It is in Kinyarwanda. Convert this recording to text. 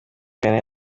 vianney